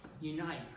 unite